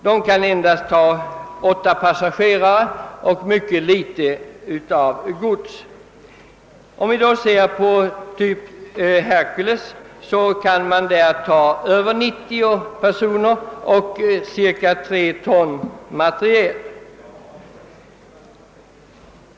De kan endast ta åtta passagerare och mycket liten last av gods. Flygplan typ Hercules kan däremot ta över 90 personer och 20 ton materiel.